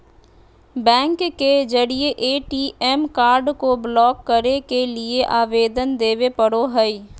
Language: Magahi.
बैंक के जरिए ए.टी.एम कार्ड को ब्लॉक करे के लिए आवेदन देबे पड़ो हइ